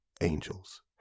angels